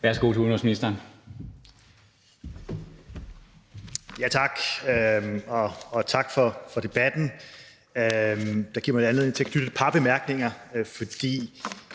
Værsgo til skatteministeren.